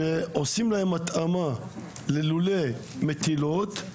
שעושים להם התאמה ללולי מטילות,